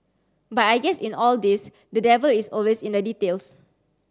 but I guess in all this the devil is always in the details